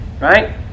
Right